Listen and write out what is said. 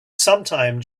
sometime